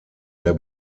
der